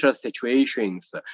situations